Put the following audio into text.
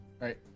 right